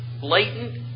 blatant